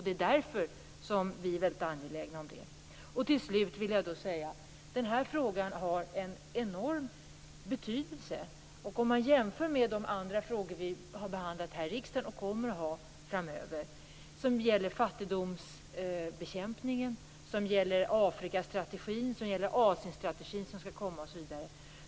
Det är därför som vi är väldigt angelägna om det. Till slut vill jag säga att den här frågan har en enorm betydelse. Man kan göra en jämförelse med andra frågor som vi har behandlat här i riksdagen och kommer att behandla framöver. Det gäller fattigdomsbekämpningen, Afrikastrategin, en Asienstrategi som skall komma, osv.